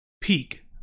peak